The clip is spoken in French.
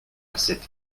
cette